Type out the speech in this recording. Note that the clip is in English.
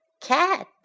Cat